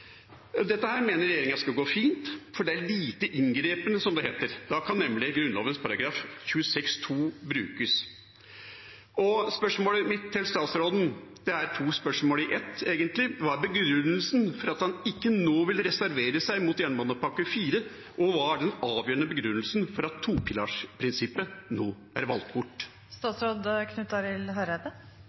Dette mener regjeringa skal gå fint, for det er lite inngripende, som det heter. Da kan nemlig Grunnloven § 26 andre ledd brukes. Spørsmålet mitt til statsråden er egentlig to spørsmål i ett: Hva er begrunnelsen for at han ikke vil reservere seg mot jernbanepakke IV nå, og hva er den avgjørende begrunnelsen for at topilarprinsippet nå er valgt bort?